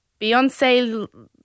Beyonce